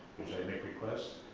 which they make requests,